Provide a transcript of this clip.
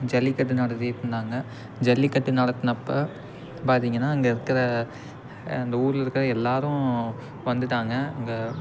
ஜல்லிக்கட்டு நடத்திட்டுருந்தாங்க ஜல்லிக்கட்டு நடத்துனப்ப பார்த்திங்கன்னா இங்கே இருக்கிற அந்த ஊரில் இருக்கிற எல்லோரும் வந்துட்டாங்க அங்கே